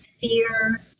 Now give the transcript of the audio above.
fear